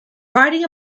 riding